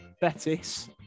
Betis